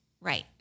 Right